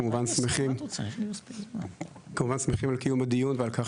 כמובן שאנחנו שמחים על קיום הדיון ועל כך